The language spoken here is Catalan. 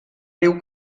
riu